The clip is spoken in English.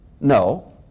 No